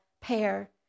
pair